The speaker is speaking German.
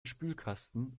spülkasten